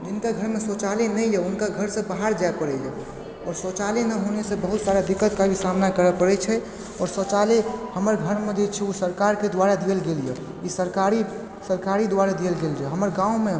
जिनकर घरमे शौचालय नहि यऽ हुनका घरसँ बाहर जाइ पड़इए आओर शौचालय नहि होनेसे बहुत सारा दिक्कतके भी सामना करऽ पड़य छै आओर शौचालय हमर घरमे जे छै ओ सरकारके दुआरा देल गेल यऽ ई सरकारी सरकारे दुआरा देल गेल यऽ हमर गाँवमे